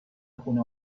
خونه